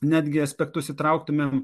netgi aspektus įtrauktumėm